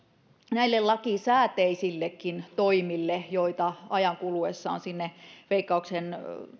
näille lakisääteisillekin toimille joita ajan kuluessa on sinne veikkauksen